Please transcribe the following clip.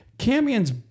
Camion's